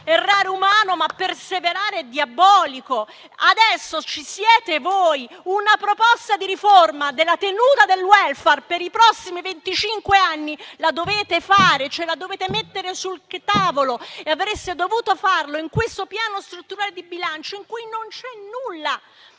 errare è umano, ma perseverare è diabolico. Adesso ci siete voi: una proposta di riforma della tenuta del *welfare* per i prossimi venticinque anni la dovete fare e ce la dovete mettere sul tavolo; avreste dovuto farlo in questo Piano strutturale di bilancio, in cui invece non c'è nulla,